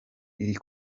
iri